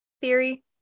theory